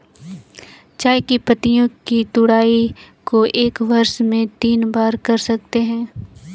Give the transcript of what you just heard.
चाय की पत्तियों की तुड़ाई को एक वर्ष में तीन बार कर सकते है